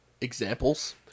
examples